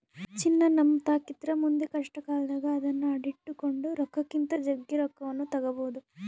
ಚಿನ್ನ ನಮ್ಮತಾಕಿದ್ರ ಮುಂದೆ ಕಷ್ಟಕಾಲದಾಗ ಅದ್ನ ಅಡಿಟ್ಟು ಕೊಂಡ ರೊಕ್ಕಕ್ಕಿಂತ ಜಗ್ಗಿ ರೊಕ್ಕವನ್ನು ತಗಬೊದು